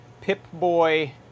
Pip-Boy